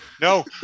No